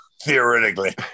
Theoretically